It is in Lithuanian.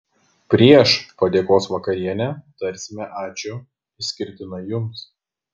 prieš padėkos vakarienę tarsime ačiū išskirtinai jums